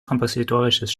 kompositorisches